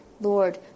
Lord